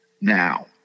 now